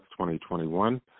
2021